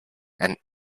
and